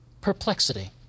perplexity